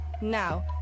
Now